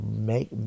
make